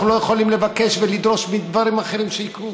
אנחנו לא יכולים לבקש ולדרוש מדברים אחרים שיקרו.